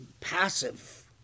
passive